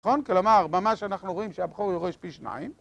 נכון? כלומר, ממש אנחנו רואים שהבכור יורש פי שניים